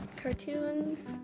cartoons